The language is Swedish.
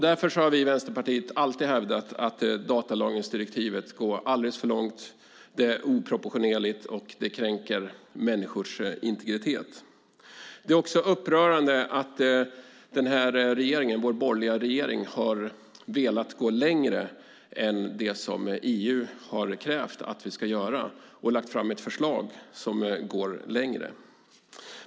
Därför har vi i Vänsterpartiet alltid hävdat att datalagringsdirektivet går alldeles för långt, är oproportionerligt och kränker människors integritet. Det är upprörande att vår borgerliga regering velat gå längre än det som EU har krävt att vi ska göra och lagt fram ett förslag som alltså går längre.